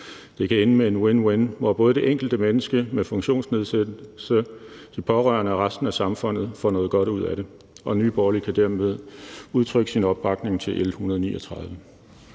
Det kan ende med en win-win, hvor både det enkelte menneske med funktionsnedsættelse, de pårørende og resten af samfundet får noget godt ud af det. Nye Borgerlige kan dermed udtrykke sin opbakning til L 139.